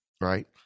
right